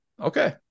Okay